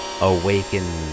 awaken